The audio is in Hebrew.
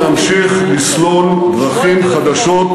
נמשיך לסלול דרכים חדשות,